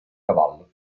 cavallo